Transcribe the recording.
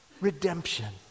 redemption